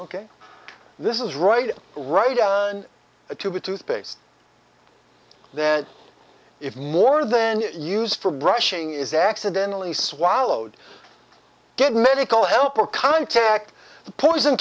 ok this is right right on a tube of toothpaste that if more then used for brushing is accidentally swallowed get medical help or contact the poison